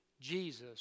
Jesus